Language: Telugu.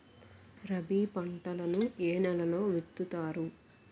రబీ పంటలను ఏ నెలలో విత్తుతారు?